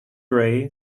gray